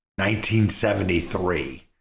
1973